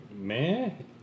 man